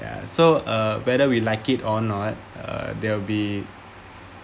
ya so uh whether we like it or not uh there'll be